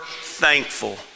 thankful